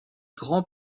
grands